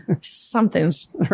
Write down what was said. Something's